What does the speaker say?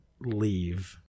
leave